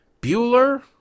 Bueller